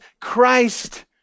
Christ